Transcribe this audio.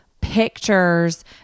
pictures